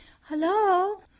Hello